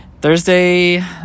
thursday